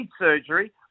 surgery